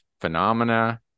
phenomena